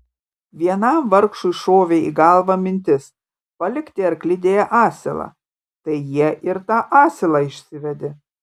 vienam vargšui šovė į galvą mintis palikti arklidėje asilą tai jie ir tą asilą išsivedė